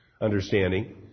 understanding